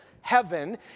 heaven